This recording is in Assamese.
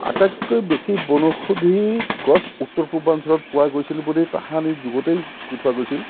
আটাইতকৈ বেছি বনৌষোধি গছ উত্তৰ পূৰ্বাঞ্চলত পোৱা গৈছিল বুলি তাহানিৰ যুগতেই কৈ থোৱা গৈছিল